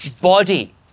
body